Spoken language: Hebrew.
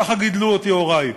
ככה גידלו אותי הורי.